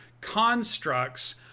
constructs